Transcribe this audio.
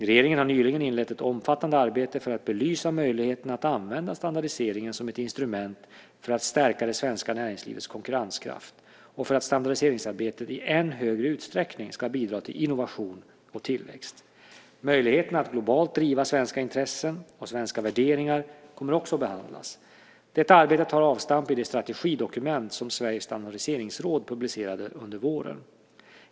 Regeringen har nyligen inlett ett omfattande arbete för att belysa möjligheterna att använda standardiseringen som ett instrument för att stärka det svenska näringslivets konkurrenskraft och för att standardiseringsarbetet i än högre utsträckning ska bidra till innovation och tillväxt. Möjligheterna att globalt driva svenska intressen och svenska värderingar kommer också att behandlas. Detta arbete tar avstamp i det strategidokument som Sveriges Standardiseringsråd publicerat under våren.